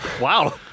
Wow